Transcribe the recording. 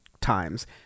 times